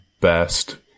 best